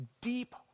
deep